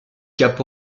cap